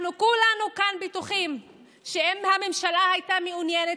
כולנו כאן בטוחים שאם הממשלה הייתה מעוניינת,